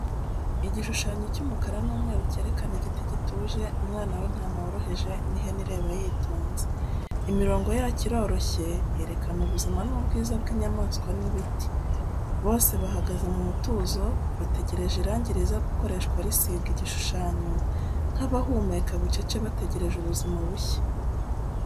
Igishushanyo cy’umukara n’umweru cyerekana igiti gituje, umwana w’intama woroheje, n’ihene ireba yitonze. Imirongo yacyo iroroshye, yerekana ubuzima n’ubwiza bw'inyamanswa n'ibiti. Bose bahagaze mu mutuzo, bategereje irangi riza gukoreshwa risiga igishushanyo, nk’abahumeka bucece bategereje ubuzima bushya.